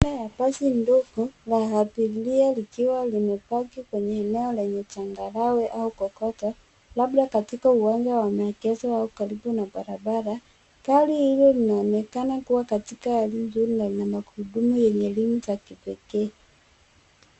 Picha la basi ndogo, la abiria likiwa limepaki kwenye eneo lenye changarawe au kokoto, labda katika uwanja wa maegezo au karibu na barabara. Gari hilo linaonekana kuwa katika hali nzuri na lina magurudumu yenye rimu za kipekee.